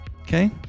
Okay